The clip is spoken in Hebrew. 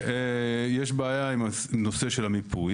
יש בעיה עם הנושא של המיפוי.